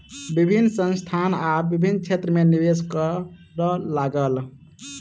विभिन्न संस्थान आब विभिन्न क्षेत्र में निवेश करअ लागल